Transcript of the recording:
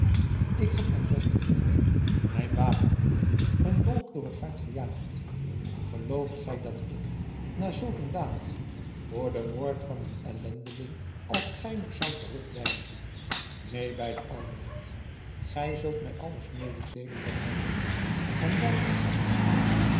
ik heb mijn besten vriend mijn wapenbroeder een dolk door het hart gejaagd gelooft gij dat ik na zulk een daad voor den moord van een ellendeling als gij nog zou terugdeinzen neen bij de almacht gij zult mij alles mededeelen wat gij weet en wel terstond